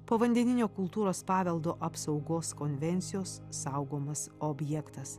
povandeninio kultūros paveldo apsaugos konvencijos saugomas objektas